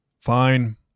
Fine